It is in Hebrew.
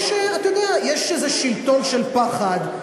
או שיש איזה שלטון של פחד,